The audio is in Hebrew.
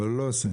אבל הוא לא עושה.